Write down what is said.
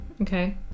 okay